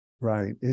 Right